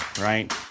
right